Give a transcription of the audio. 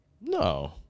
No